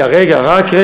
הם חיים בגנים